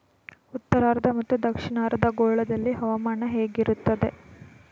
ಉತ್ತರಾರ್ಧ ಮತ್ತು ದಕ್ಷಿಣಾರ್ಧ ಗೋಳದಲ್ಲಿ ಹವಾಮಾನ ಹೇಗಿರುತ್ತದೆ?